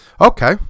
Okay